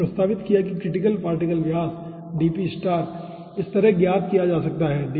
उन्होंने प्रस्तावित किया है कि क्रिटिकल पार्टिकल व्यास dp इस तरह ज्ञात किया जा सकता है